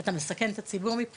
אתה מסכן את הציבור מבחינתנו,